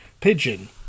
pigeon